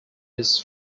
his